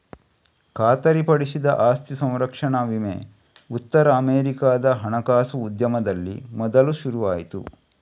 ಖಾತರಿಪಡಿಸಿದ ಆಸ್ತಿ ಸಂರಕ್ಷಣಾ ವಿಮೆ ಉತ್ತರ ಅಮೆರಿಕಾದ ಹಣಕಾಸು ಉದ್ಯಮದಲ್ಲಿ ಮೊದಲು ಶುರು ಆಯ್ತು